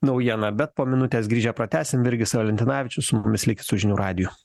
naujieną bet po minutės grįžę pratęsim virgis valentinavičius su mumis likit su žinių radiju